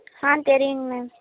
ஆ தெரியுங்க மேம்